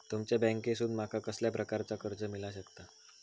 तुमच्या बँकेसून माका कसल्या प्रकारचा कर्ज मिला शकता?